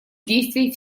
действий